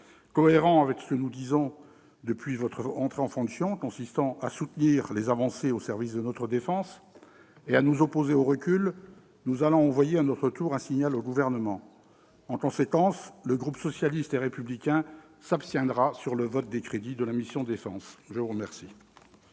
Cohérents avec ce que nous disons depuis votre entrée en fonctions consistant à soutenir les avancées au service de notre défense et à nous opposer aux reculs, nous allons envoyer, à notre tour, un signal au Gouvernement. En conséquence, le groupe socialiste et républicain s'abstiendra sur le vote des crédits de la mission « Défense ». La parole